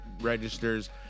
registers